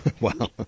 Wow